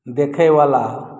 देखयवला